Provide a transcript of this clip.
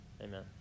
amen